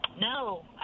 No